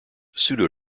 pseudo